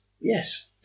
Yes